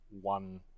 one